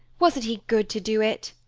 wasn't he good to do it?